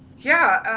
yeah,